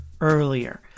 earlier